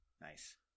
Nice